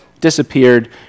disappeared